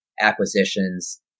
acquisitions